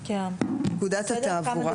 פקודת התעבורה.